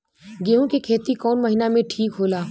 गेहूं के खेती कौन महीना में ठीक होला?